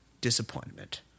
disappointment